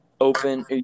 Open